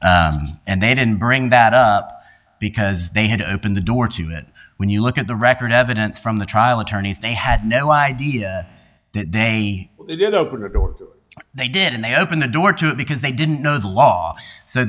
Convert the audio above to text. and they didn't bring that up because they had opened the door to it when you look at the record evidence from the trial attorneys they had no idea they they did and they opened the door to it because they didn't know the law so